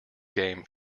game